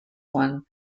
one